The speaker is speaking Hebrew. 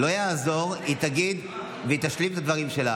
לא יעזור, היא תגיד והיא תשלים את הדברים שלה.